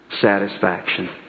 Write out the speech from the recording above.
satisfaction